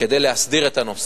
כדי להסדיר את הנושא.